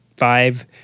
five